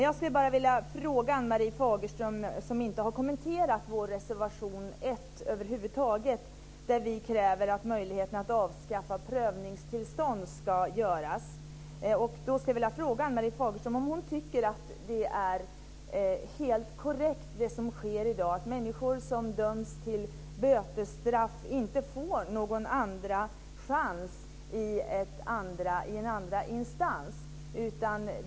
Fagerström som över huvud taget inte har kommenterat vår reservation 1, där vi vill att kravet på prövningstillstånd ska avskaffas. Jag skulle vilja fråga Ann-Marie Fagerström om hon tycker att det som sker i dag är helt korrekt, att människor som döms till bötesstraff inte får någon andra chans i en andra instans.